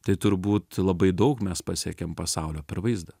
tai turbūt labai daug mes pasiekiam pasaulio per vaizdą